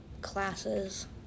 classes